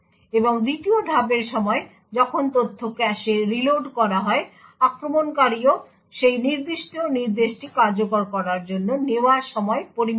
এবং 2য় ধাপের সময় যখন তথ্য ক্যাশে রিলোড করা হয় আক্রমণকারীও সেই নির্দিষ্ট নির্দেশটি কার্যকর করার জন্য নেওয়া সময় পরিমাপ করে